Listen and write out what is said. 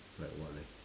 like what leh